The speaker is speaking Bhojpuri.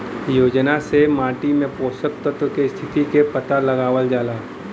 योजना से माटी में पोषक तत्व के स्थिति क पता लगावल जाला